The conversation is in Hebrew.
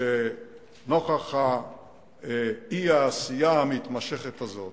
שנוכח האי-עשייה המתמשכת הזאת